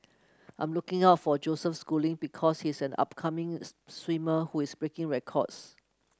I'm looking out for Joseph Schooling because he is an upcoming swimmer who is breaking records